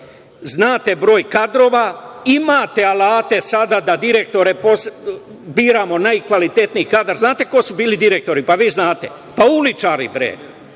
znate broj kadrova, imate alate sada da direktore biramo, najkvalitetniji kadar. Znate ko su bili direktori? Pa, vi znate. Uličari,